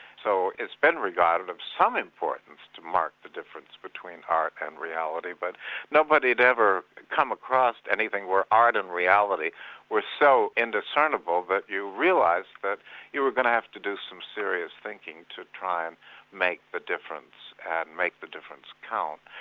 so it's been regarded of some importance to mark the difference between art and reality, but nobody had ever come across anything where art and reality were so indiscernible that you realised that you were going to have to do some serious thinking to try and make the difference, and make the difference count.